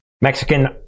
Mexican-